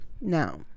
Now